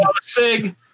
Sig